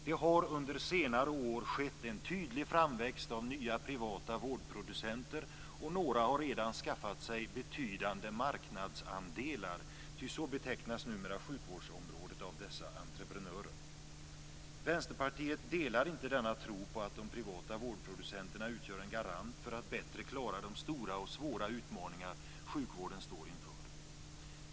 Det har under senare år skett en tydlig framväxt av nya privata vårdproducenter, och några har redan skaffat sig betydande marknadsandelar, ty så betecknas numera sjukvårdsområdet av dessa entreprenörer. Vänsterpartiet delar inte denna tro på att de privata vårdproducenterna utgör en garant för att bättre klara de stora och svåra utmaningar som sjukvården står inför.